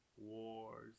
wars